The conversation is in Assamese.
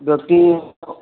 যটিন